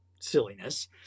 silliness